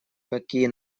какие